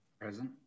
Present